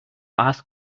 ask